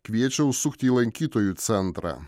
kviečia užsukti į lankytojų centrą